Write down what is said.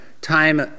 time